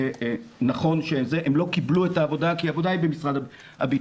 שחשבתי שנכון ש הם לא קיבלו את העבודה כי העבודה היא במשרד הביטחון.